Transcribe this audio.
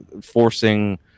forcing